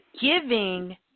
giving